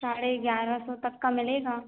साढ़े ग्यारह सौ तक का मिलेगा